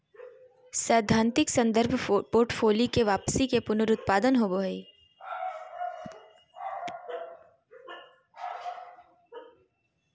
सैद्धांतिक संदर्भ पोर्टफोलि के वापसी के पुनरुत्पादन होबो हइ